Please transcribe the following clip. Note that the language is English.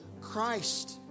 Christ